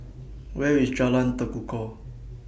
Where IS Jalan Tekukor